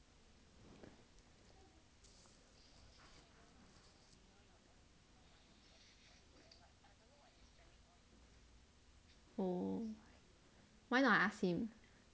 oh why not I ask him